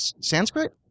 Sanskrit